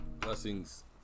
Blessings